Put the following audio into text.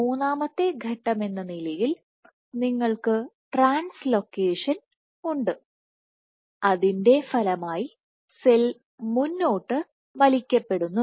മൂന്നാമത്തെ ഘട്ടമെന്ന നിലയിൽ നിങ്ങൾക്ക് ട്രാൻസ് ലൊക്കേഷൻ ഉണ്ട് അതിൻറെ ഫലമായി സെൽ മുന്നോട്ട് വലിക്കപ്പെടുന്നു